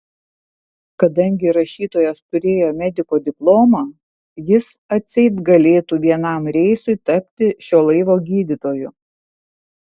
kadangi rašytojas turėjo mediko diplomą jis atseit galėtų vienam reisui tapti šio laivo gydytoju